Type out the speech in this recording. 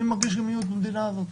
מרגיש מיעוט במדינה הזאת,